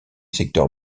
secteur